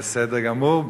בסדר גמור.